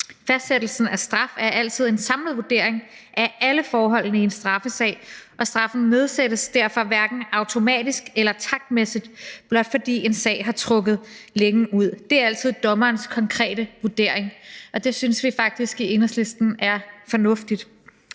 Fastsættelsen af straf er altid en samlet vurdering af alle forholdene i en straffesag, og straffen nedsættes derfor hverken automatisk eller taktmæssigt, blot fordi en sag har trukket længe ud. Det er altid dommerens konkrete vurdering. Det synes vi faktisk i Enhedslisten er fornuftigt.